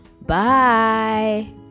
Bye